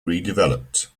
redeveloped